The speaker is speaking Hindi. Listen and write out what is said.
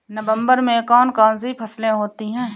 नवंबर में कौन कौन सी फसलें होती हैं?